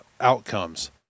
outcomes